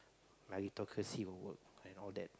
meritocracy will work and all that